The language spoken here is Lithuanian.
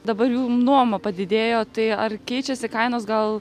dabar jum nuoma padidėjo tai ar keičiasi kainos gal